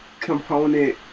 component